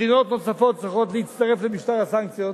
מדינות נוספות צריכות להצטרף למשטר הסנקציות,